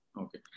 okay